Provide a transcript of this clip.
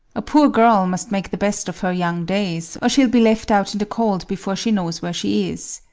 a poor girl must make the best of her young days, or she'll be left out in the cold before she knows where she is.